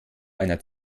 einer